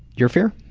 your fear?